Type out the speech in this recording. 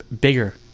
bigger